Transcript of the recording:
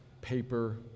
paper